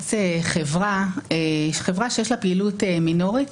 לתמרץ חברה שיש לה פעילות מינורית,